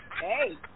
Hey